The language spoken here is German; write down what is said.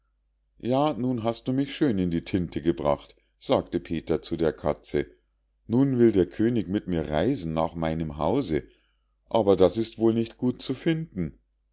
ja nun hast du mich schön in die tinte gebracht sagte peter zu der katze nun will der könig mit mir reisen nach meinem hause aber das ist wohl nicht gut zu finden